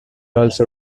also